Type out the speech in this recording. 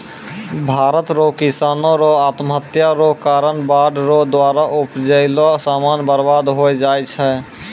भारत रो किसानो रो आत्महत्या रो कारण बाढ़ रो द्वारा उपजैलो समान बर्बाद होय जाय छै